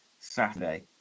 Saturday